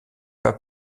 pas